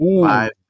five